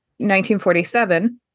1947